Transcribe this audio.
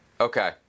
Okay